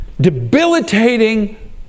debilitating